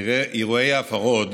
אירועי הפרהוד